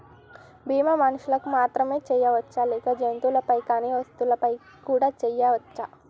బీమా మనుషులకు మాత్రమే చెయ్యవచ్చా లేక జంతువులపై కానీ వస్తువులపై కూడా చేయ వచ్చా?